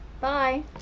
Bye